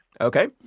Okay